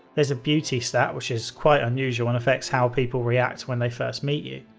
there's a beauty stat which is quite unusual and affects how people react when they first meet you.